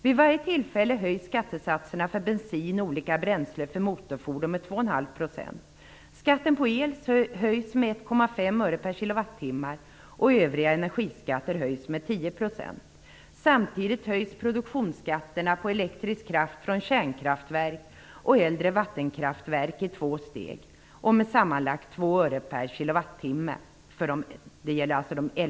Vid varje tillfälle höjs skattesatserna för bensin och olika bränslen för motorfordon med 2,5 %. Skatten på el höjs med 1,5 öre per kilowattimme. Övriga energiskatter höjs med 10 %. Samtidigt höjs produktionsskatterna på elektrisk kraft från kärnkraftverk och äldre vattenkraftverk i två steg med sammanlagt 2 öre per kilowattimme.